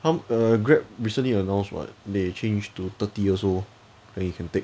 Grab recently announced [what] they change to thirty years then you can take